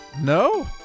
no